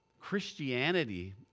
Christianity